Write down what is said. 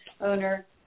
owner